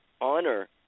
Honor